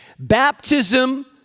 Baptism